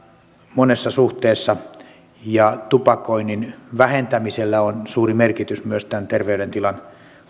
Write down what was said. monessa suhteessa ja tupakoinnin vähentämisellä on suuri merkitys myös tähän terveydentilan